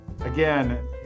again